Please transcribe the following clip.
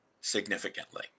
significantly